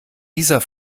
dieser